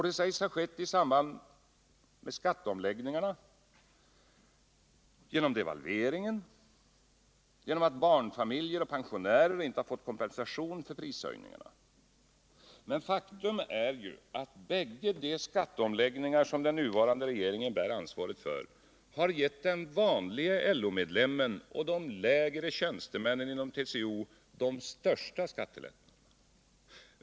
Det sägs ha skett i samband med skatteomläggningarna, genom devalveringen och genom att barnfamiljer och pensionärer inte har fått kompensation för prishöjningarna. Men faktum är ju att bägge de skatteomläggningar som den nuvarande regeringen bär ansvaret för har gett den vanlige LO-medlemmen och de lägre tjänstemännen inom TCO de största skattelättnaderna.